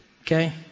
Okay